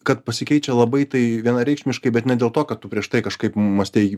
kad pasikeičia labai tai vienareikšmiškai bet ne dėl to kad tu prieš tai kažkaip mąstei